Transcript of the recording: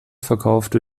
verkaufte